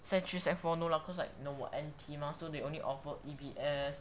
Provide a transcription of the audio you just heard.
sec three sec four no lah cause like 我 N_T mah so they only offer E_B_S